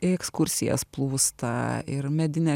į ekskursijas plūsta ir medine